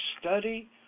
study